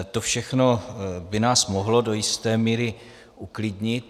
To všechno by nás mohlo do jisté míry uklidnit.